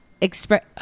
express